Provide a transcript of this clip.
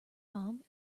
bomb